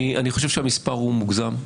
אני חושב שהמספר הוא מוגזם,